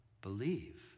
believe